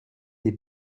les